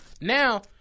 now